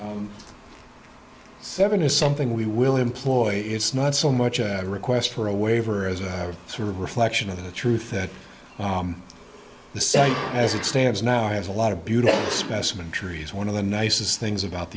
so seven is something we will employ it's not so much a request for a waiver as a sort a reflection of the truth that the sec as it stands now has a lot of beautiful specimen trees one of the nicest things about